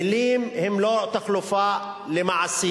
מלים הן לא חלופה למעשים.